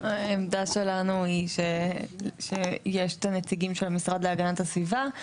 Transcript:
העמדה שלנו היא שיש את הנציגים של המשרד להגנת הסביבה.